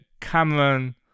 Cameron